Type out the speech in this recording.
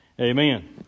amen